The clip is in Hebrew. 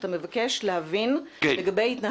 בטח, עכשיו הוא חזר לשורשים.